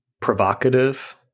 provocative